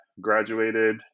graduated